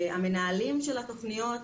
המנהלים של התוכניות,